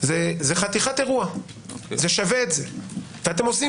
זה המקרה הקלאסית שאותו אנו